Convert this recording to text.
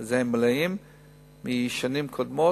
וזה מלא משנים קודמות,